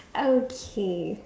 okay